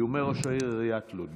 איומי ראש עיריית לוד.